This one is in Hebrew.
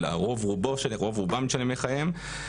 אלא רוב רובם של ימי חייהם,